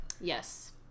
Yes